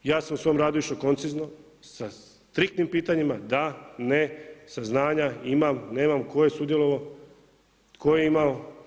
Ja sam u svom radu išao koncizno sa striktnim pitanjima da, ne, saznanja imam, nemam, tko je sudjelovao, tko je imao.